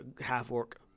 half-orc